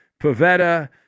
Pavetta